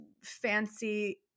fancy